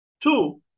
Two